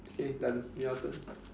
okay done your turn